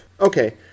Okay